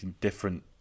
different